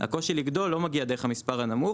הקושי לגדול לא מגיע דרך המספר הנמוך,